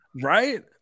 Right